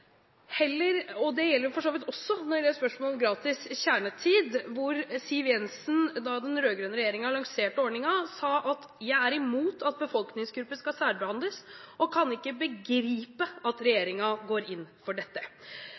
og det gjelder for så vidt også spørsmålet om gratis kjernetid. Siv Jensen sa da den rød-grønne regjeringen lanserte ordningen: Jeg er imot at befolkningsgrupper skal særbehandles, og kan ikke begripe at regjeringen går inn for dette.